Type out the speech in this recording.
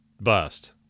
bust